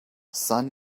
sun